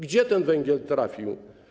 Gdzie ten węgiel trafił?